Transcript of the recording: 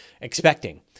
expecting